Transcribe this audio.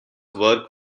work